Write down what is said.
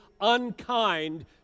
unkind